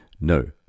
no